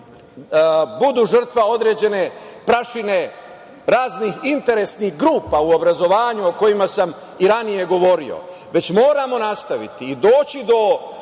budu žrtva određene prašine raznih interesnih grupa u obrazovanju, o kojima sam i ranije govorio, već moramo nastaviti i doći do